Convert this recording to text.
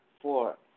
Four